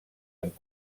amb